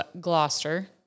Gloucester